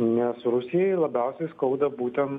nes rusijai labiausiai skauda būtent